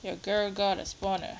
your girl got a spawner